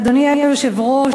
אדוני היושב-ראש,